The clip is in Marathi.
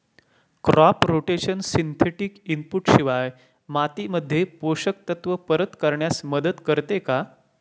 क्रॉप रोटेशन सिंथेटिक इनपुट शिवाय मातीमध्ये पोषक तत्त्व परत करण्यास मदत करते का?